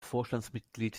vorstandsmitglied